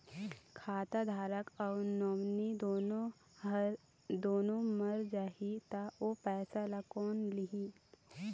खाता धारक अऊ नोमिनि दुनों मर जाही ता ओ पैसा ला कोन लिही?